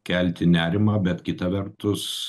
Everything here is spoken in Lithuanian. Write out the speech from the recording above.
kelti nerimą bet kita vertus